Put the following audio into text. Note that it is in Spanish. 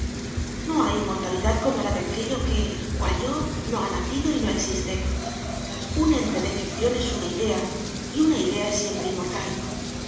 no hay inmortalidad como la de aquello que cual yo no ha nacido y no existe un ente de ficción es una idea y una idea es siempre inmortal